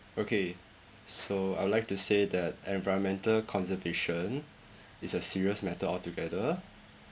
okay so I would like to say that environmental conservation is a serious matter altogether